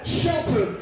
shelter